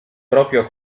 proprio